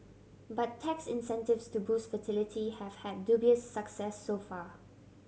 but tax incentives to boost fertility have had dubious success so far